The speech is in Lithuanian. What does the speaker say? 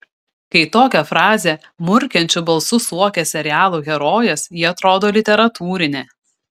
kai tokią frazę murkiančiu balsu suokia serialų herojės ji atrodo literatūrinė